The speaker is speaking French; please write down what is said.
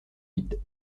vide